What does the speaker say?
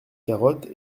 carottes